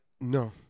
no